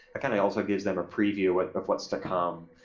it kind of also gives them a preview but of what's to come.